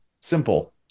simple